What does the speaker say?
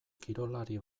kirolari